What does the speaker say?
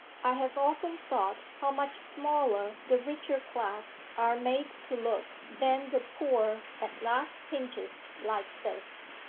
i have often thought how much smaller the richer class are made to look than the poor at last pinches like this.